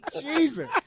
Jesus